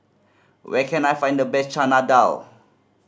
where can I find the best Chana Dal